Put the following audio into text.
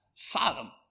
Sodom